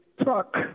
truck